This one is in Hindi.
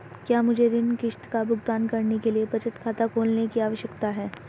क्या मुझे ऋण किश्त का भुगतान करने के लिए बचत खाता खोलने की आवश्यकता है?